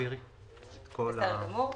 תסבירי בבקשה.